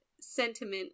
sentiment